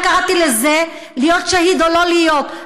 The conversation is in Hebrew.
אני קראתי לזה: להיות שהיד או לא להיות.